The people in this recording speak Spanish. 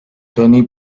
tony